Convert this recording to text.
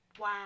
wow